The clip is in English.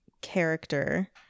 character